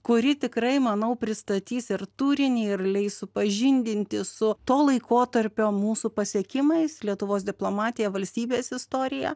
kuri tikrai manau pristatys ir turinį ir leis supažindinti su to laikotarpio mūsų pasiekimais lietuvos diplomatija valstybės istorija